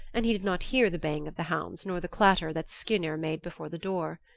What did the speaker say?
and he did not hear the baying of the hounds nor the clatter that skirnir made before the door.